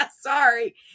Sorry